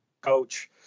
coach